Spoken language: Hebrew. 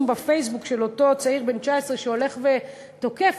בפייסבוק של אותו צעיר בן 19 שהולך ותוקף,